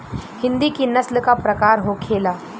हिंदी की नस्ल का प्रकार के होखे ला?